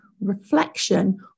reflection